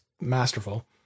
masterful